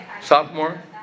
sophomore